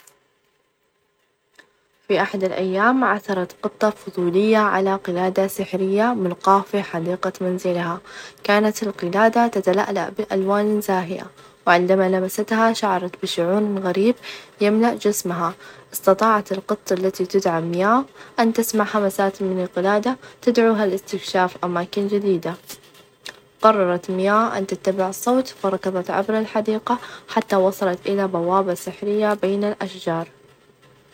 في أحد الأيام عثرت قطة فضولية على قلادة سحرية ملقاة في حديقة منزلها، كانت القلادة تتلألأ بألوان زاهية، وعندما لمستها شعرت بشعور غريب يملأ جسمها، استطاعت القطة التي تدعى ميا أن تسمع همسات من القلادة تدعوها لاستكشاف أماكن جديدة، قررت ميا أن تتبع الصوت، فركظت عبر الحديقة حتى وصلت إلى بوابة سحرية بين الأشجار.